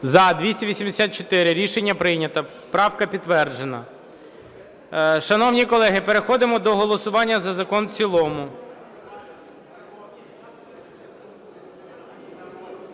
За-284 Рішення прийнято. Правка підтверджена. Шановні колеги, переходимо до голосування за закон в цілому.